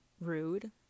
rude